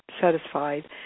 satisfied